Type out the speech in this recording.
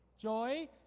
joy